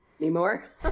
anymore